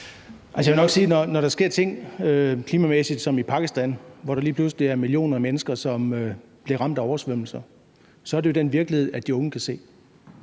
når der klimamæssigt sker ting som i Pakistan, hvor der lige pludselig er millioner af mennesker, som bliver ramt af oversvømmelser, er det jo den virkelighed, de unge kan se.